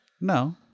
No